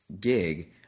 gig